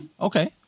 Okay